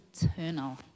eternal